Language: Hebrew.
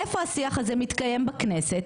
איפה השיח הזה מתקיים בכנסת?